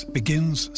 begins